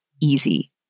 easy